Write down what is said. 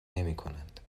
نمیکنند